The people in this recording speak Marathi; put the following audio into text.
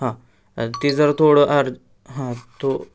हां ती जर थोडं अर्ज हां तो